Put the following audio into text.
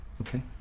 Okay